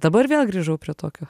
dabar vėl grįžau prie tokio